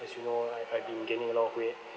as you know I I've been gaining a lot of weight